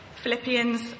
Philippians